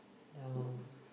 down